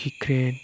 cricket